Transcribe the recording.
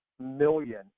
million